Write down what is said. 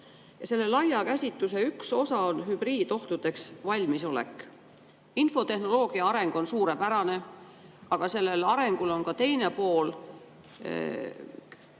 Selle laia käsituse üks osa on hübriidohtudeks valmisolek. Infotehnoloogia areng on suurepärane, aga sellel arengul on ka teine pool,